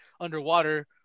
underwater